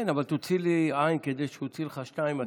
כן, אבל תוציא לי עין כדי שאני אוציא לך שתיים.